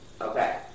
okay